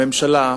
הממשלה,